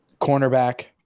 Cornerback